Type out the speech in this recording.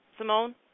Simone